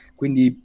quindi